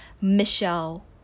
Michelle